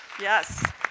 Yes